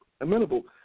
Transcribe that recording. amenable